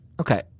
okay